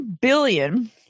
billion